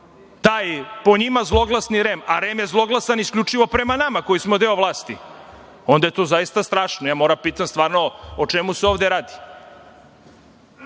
taj po njima zloglasni REM, a REM je zloglasan isključivo prema nama koji smo deo vlasti, onda je to zaista strašno. Ja moram da pitam - o čemu se ovde radi?